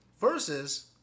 Versus